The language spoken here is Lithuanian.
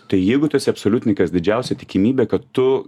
tai jeigu tu esi absoliutnykas didžiausia tikimybė kad tu